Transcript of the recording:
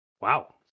Wow